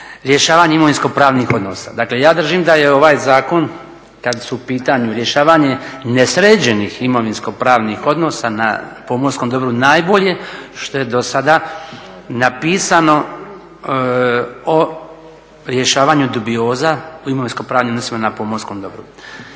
rješavanje imovinsko-pravnih odnosa. Dakle, ja držim da je ovaj zakon kad su u pitanju rješavanje nesređenih imovinsko-pravnih odnosa na pomorskom dobru najbolje što je dosada napisano o rješavanju dubioza u imovinsko-pravnim odnosima na pomorskom dobru.